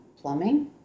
plumbing